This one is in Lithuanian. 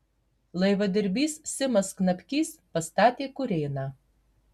laivadirbys simas knapkys pastatė kurėną